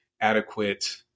adequate